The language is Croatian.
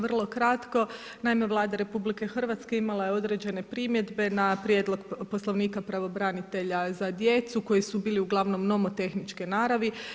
Vrlo kratko, naime Vlada RH imala je određene primjedbe na prijedlog Poslovnika pravobranitelja za djecu koje su bile uglavnom novotehničke naravi.